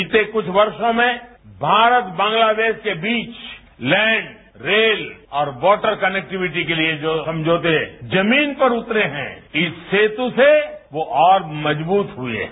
बीते कुछ वर्षों में भारत बांलोदेश के बीच लैंड रेल और वॉटर कनेक्टिविटी के लिए जो हम जो थे जमीन पर उतरे हैं इस सेत्र से वो और मजबूत हुए हैं